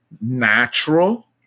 natural